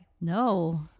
No